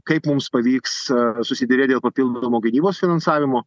kaip mums pavyks susiderėt dėl papildomo gynybos finansavimo